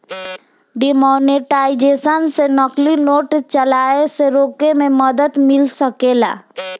demonetisation से नकली note चलाए से रोके में मदद मिल सकेला